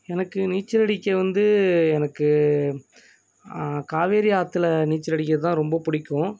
எனக்கு நீச்சல் அடிக்க வந்து எனக்கு காவேரி ஆற்றுல நீச்சல் அடிக்கிறது தான் ரொம்ப பிடிக்கும்